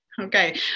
Okay